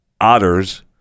otters